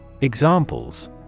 Examples